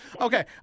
Okay